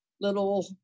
little